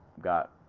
Got